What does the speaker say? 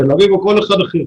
תל אביב או כל מקום אחר.